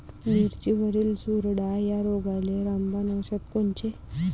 मिरचीवरील चुरडा या रोगाले रामबाण औषध कोनचे?